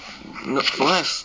no~ what